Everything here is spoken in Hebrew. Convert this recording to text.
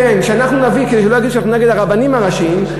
שלא יגידו שאנחנו נגד הרבנים הראשיים.